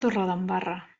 torredembarra